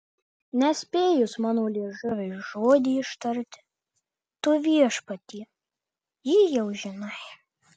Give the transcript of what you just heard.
nespėjus mano liežuviui žodį ištarti tu viešpatie jį jau žinai